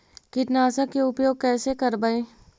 कीटनाशक के उपयोग कैसे करबइ?